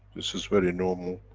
this is very normal.